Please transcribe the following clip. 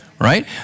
Right